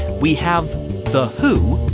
we have the who,